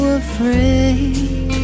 afraid